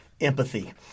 empathy